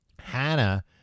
Hannah